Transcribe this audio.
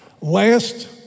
Last